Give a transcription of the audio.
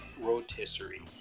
Rotisserie